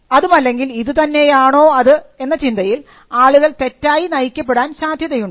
അതുമല്ലെങ്കിൽ ഇതു തന്നെയാണോ അത് എന്ന ചിന്തയിൽ ആളുകൾ തെറ്റായി നയിക്കപ്പെടാൻ സാധ്യതയുണ്ട്